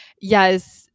yes